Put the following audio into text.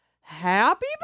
Happy